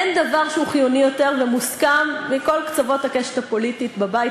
אין דבר שהוא חיוני יותר ומוסכם בכל קצות הקשת הפוליטית בבית